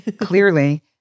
clearly